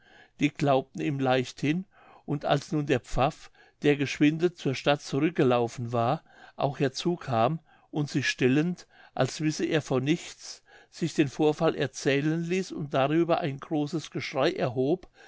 die glaubten ihm leichtlich und als nun der pfaff der geschwinde zur stadt zurück gelaufen war auch herzukam und sich stellend als wisse er von nichts sich den vorfall erzählen ließ und darüber ein großes geschrei erhob